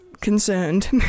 concerned